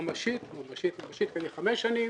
ממשית ממשית ממשית, חמש שנים